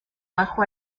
bajo